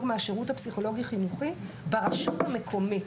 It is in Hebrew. מהשירות הפסיכולוגי-חינוכי ברשות המקומית.